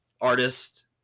artist